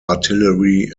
artillery